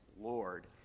Lord